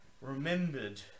remembered